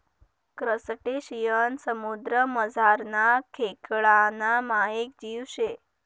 crustacean समुद्रमझारना खेकडाना मायेक जीव शे